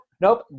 Nope